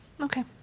Okay